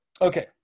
Okay